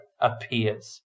appears